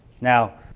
Now